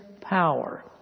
power